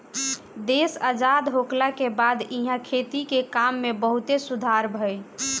देश आजाद होखला के बाद इहा खेती के काम में बहुते सुधार भईल